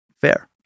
Fair